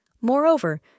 Moreover